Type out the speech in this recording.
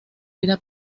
vida